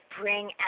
bring